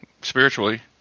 spiritually